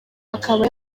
akaba